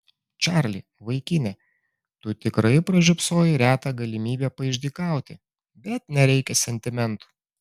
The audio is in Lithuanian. čarli vaikine tu tikrai pražiopsojai retą galimybę paišdykauti bet nereikia sentimentų